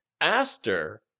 Aster